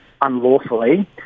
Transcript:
unlawfully